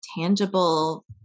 tangible